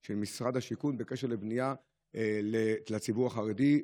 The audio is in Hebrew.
של משרד השיכון בקשר לבנייה לציבור החרדי.